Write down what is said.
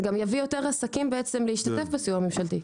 זה גם יביא יותר עסקים להשתתף בסיוע הממשלתי.